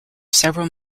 several